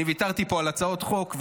אני ויתרתי פה על הצעות חוק,